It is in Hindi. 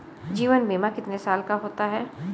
जीवन बीमा कितने साल का होता है?